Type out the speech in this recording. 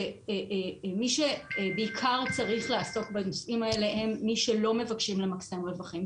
שמי שבעיקר צריך לעסוק בנושאים האלה הם מי שלא מבקשים למקסם רווחים,